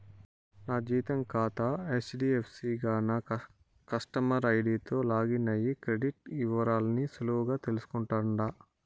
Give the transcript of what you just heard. నా జీతం కాతా హెజ్డీఎఫ్సీ గాన కస్టమర్ ఐడీతో లాగిన్ అయ్యి క్రెడిట్ ఇవరాల్ని సులువుగా తెల్సుకుంటుండా